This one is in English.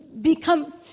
become